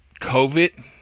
COVID